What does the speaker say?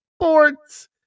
sports